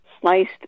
sliced